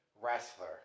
wrestler